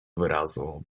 wyrazu